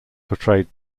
portrayed